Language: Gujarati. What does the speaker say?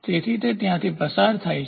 તેથી તે ત્યાંથી પસાર થાય છે